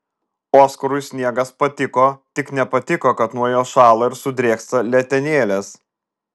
oskarui sniegas patiko tik nepatiko kad nuo jo šąla ir sudrėksta letenėlės